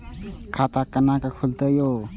खाता केना खुलतै यो